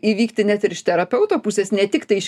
įvykti net ir iš terapeuto pusės ne tiktai iš